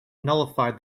nullified